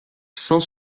cent